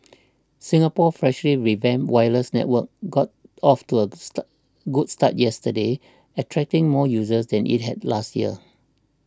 Singapore's freshly revamped wireless network got off to a start good start yesterday attracting more users than it had last year